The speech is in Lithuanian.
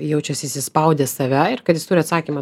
jaučiasi įsispaudęs save ir kad jis turi atsakymą